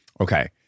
okay